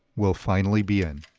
we'll finally be in.